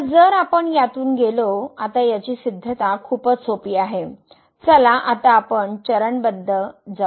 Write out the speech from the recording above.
तर जर आपण यातून गेलो आता याची सिद्धता खूपच सोपी आहे चला आता आपण चरणबद्ध जाऊ